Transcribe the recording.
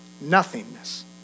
Nothingness